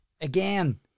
again